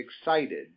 excited